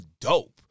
dope